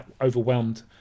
overwhelmed